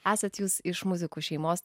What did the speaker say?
esat jūs iš muzikų šeimos